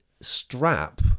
strap